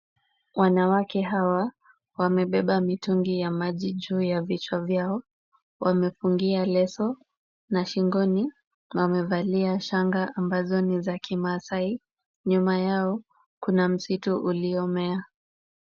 Wanawake hawa wamebeba mitungi ya maji juu ya vichwa vyao. Wamefungia leso na shingoni wamevalia shanga ambazo ni za kimaasai. Nyuma yao kuna msitu uliomea.